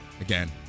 Again